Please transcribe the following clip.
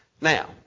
Now